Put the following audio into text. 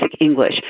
English